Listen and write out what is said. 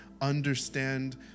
understand